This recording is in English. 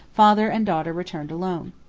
father and daughter returned alone.